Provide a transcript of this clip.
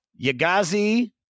Yagazi